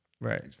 Right